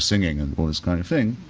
singing and all those kind of things.